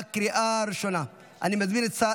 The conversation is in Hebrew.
אושרה בקריאה ראשונה ותעבור לדיון בוועדת החוקה,